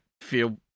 feel